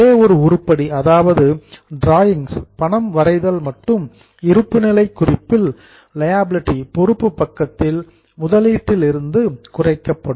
ஒரே ஒரு உருப்படி அதாவது டிராயிங் பணம் வரைதல் மட்டும் இருப்புநிலை குறிப்பில் லியாபிலிடி பொறுப்பு பக்கத்தில் முதலீட்டில் இருந்து குறைக்கப்படும்